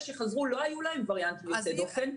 שחזרו שלא היו להם וריאנטים יוצאי דופן,